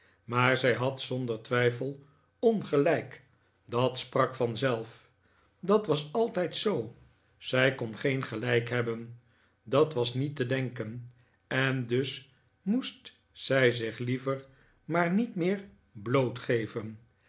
maar zij had zonder twijfel ongelijk dat sprak vanzelf dat was altijd zoo zij kon geen gelijk hebben dat was niet te denken en dus moest zij zich liever maar niet meer blootgeven